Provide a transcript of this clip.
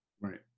right